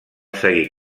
seguir